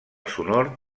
sonor